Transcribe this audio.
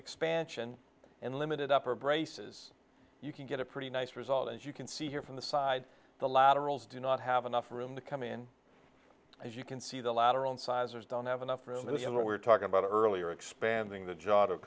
expansion and limited upper braces you can get a pretty nice result as you can see here from the side the laterals do not have enough room to come in as you can see the latter own sizers don't have enough room in the end what we're talking about earlier expanding the job